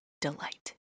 delight